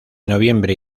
noviembre